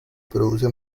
produce